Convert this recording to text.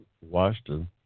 washington